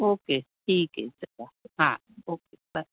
okay ठीक आहे चला हां ओके बाय